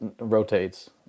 rotates